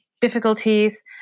difficulties